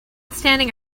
standing